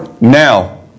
Now